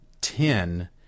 ten